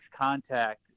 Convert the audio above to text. contact